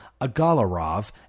Agalarov